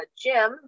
Jim